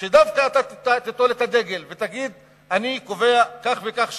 שדווקא אתה תיטול את הדגל ותגיד: אני קובע כך וכך שנים,